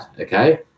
okay